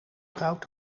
koud